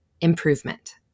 improvement